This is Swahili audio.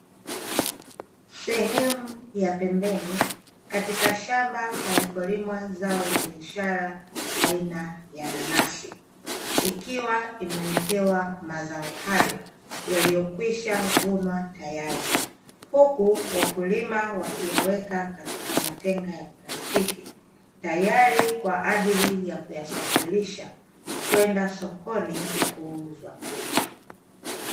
Sehemu ya pembeni katika shamba palipolimwa zao la biashara aina ya nanasi ikiwa imewekewa mazao hayo yaliyokwisha vunwa tayari, huku wakulima wakiyaweka katika matenga ya plastiki tayari kwa ajili ya kuyasafirisha kwenda sokoni kuuzwa.